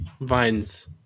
vines